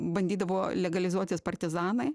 bandydavo legalizuotis partizanai